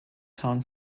town